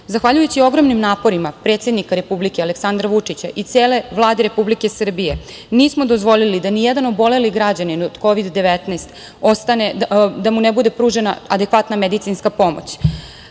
Zahvaljujući ogromnim naporima predsednika Republike Aleksandra Vučića i cele Vlade Republike Srbije nismo dozvolili da nijedan oboleli građanin od Kovida 19 da mu ne bude pružena adekvatna medicinska pomoć.Među